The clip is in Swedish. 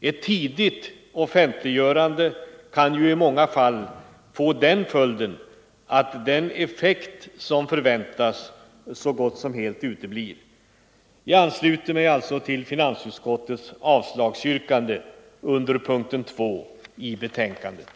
Ett tidigt offent Onsdagen den liggörande kan ju i många fall få den följden att den effekt som förväntas DÖ november 1974 så gott som helt uteblir. SERA Jag ansluter mig alltså till finansutskottets avslagsyrkande under punk — Utredning om det ten 2 i betänkandet.